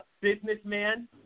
businessman